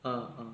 ah ah